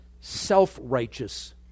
self-righteous